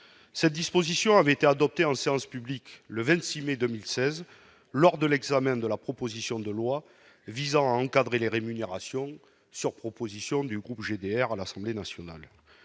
cette disposition avait été adopté en séance publique le 26 mai 2016 lors de l'examen de la proposition de loi visant à encadrer les rémunérations sur proposition du groupe GDR à l'Assemblée nationale,